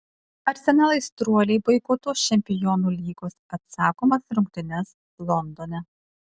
arsenal aistruoliai boikotuos čempionų lygos atsakomas rungtynes londone